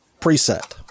preset